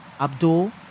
Abdul